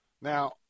Now